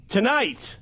Tonight